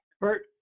Bert